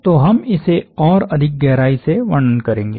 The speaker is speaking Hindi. तो हम इसे और अधिक गहराई से वर्णन करेंगे